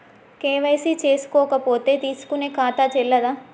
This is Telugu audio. కే.వై.సీ చేసుకోకపోతే తీసుకునే ఖాతా చెల్లదా?